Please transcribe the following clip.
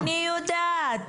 אני יודעת.